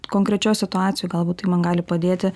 konkrečioj situacijoj galbūt tai man gali padėti